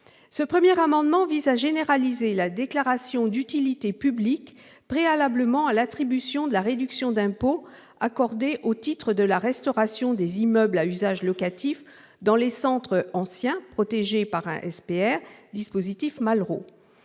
Ce premier amendement vise à généraliser la déclaration d'utilité publique préalablement à l'attribution de la réduction d'impôt accordée au titre de la restauration des immeubles à usage locatif dans les centres anciens protégés par un SPR, selon le dispositif « Malraux